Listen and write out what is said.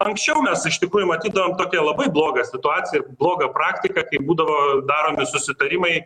anksčiau mes iš tikrųjų matydavom tokią labai blogą situaciją ir blogą praktiką kai būdavo daromi susitarimai